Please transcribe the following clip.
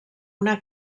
una